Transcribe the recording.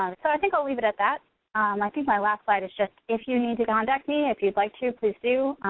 um so i think i'll leave it at that, i like think my last slide is just, if you need to contact me, if you'd like to, please do.